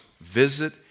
Visit